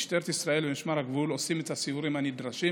משטרת ישראל ומשמר הגבול עושים את הסיורים הנדרשים